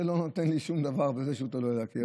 זה לא נותן לי שום דבר בזה שהוא תלוי על הקיר.